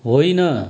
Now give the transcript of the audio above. होइन